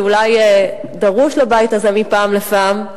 שאולי דרושה לבית הזה מפעם לפעם,